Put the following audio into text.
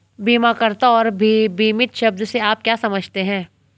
बीमाकर्ता और बीमित शब्द से आप क्या समझते हैं?